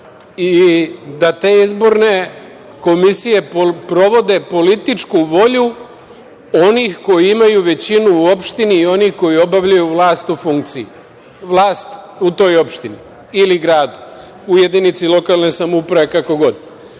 i da te izborne komisije provode političku volju onih koji imaju većinu u opštini i oni koji obavljaju vlast u toj opštini ili gradu, u jedinici lokalne samouprave, kako god. Na